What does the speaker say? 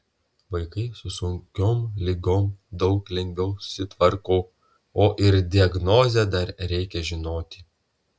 vaikai su sunkiom ligom daug lengviau susitvarko o ir diagnozę dar reikia žinoti